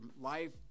life